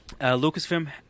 lucasfilm